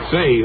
Say